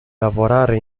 lavorare